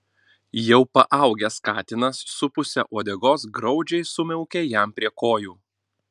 jau paaugęs katinas su puse uodegos graudžiai sumiaukė jam prie kojų